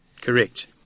Correct